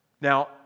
Now